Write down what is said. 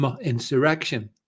insurrection